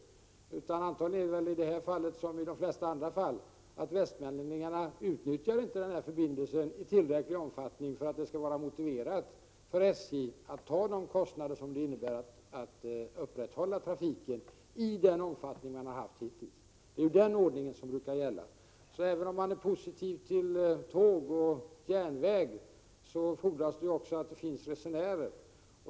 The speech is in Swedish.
Antagligen är det i detta fall så — i likhet med vad som varit fallet på andra håll - att västmanlänningarna inte utnyttjar denna förbindelse i tillräcklig omfattning för att det skall vara motiverat för SJ att ta de kostnader som ett upprätthållande av trafiken i den omfattning den haft hittills medför. Även om man är positiv till tåg och järnväg, inser man att det fordras att det finns resenärer.